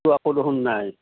ক'তো একো দেখোন নাই